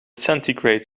centigrade